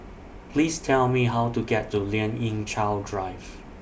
Please Tell Me How to get to Lien Ying Chow Drive